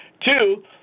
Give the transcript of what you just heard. Two